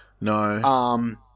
No